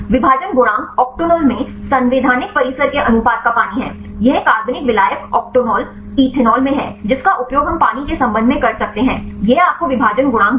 विभाजन गुणांक ऑक्टोनॉल में संवैधानिक परिसर के अनुपात का पानी है यह कार्बनिक विलायक ऑक्टेनॉल इथेनॉल में है जिसका उपयोग हम पानी के संबंध में कर सकते हैं यह आपको विभाजन गुणांक देगा